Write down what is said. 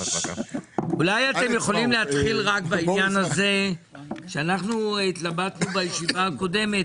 אולי אתם יכולים להתחיל בעניין שהתלבטנו עליו בישיבה הקודמת,